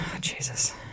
Jesus